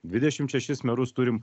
dvidešimt šešis merus turim